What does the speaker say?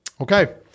okay